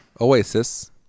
Oasis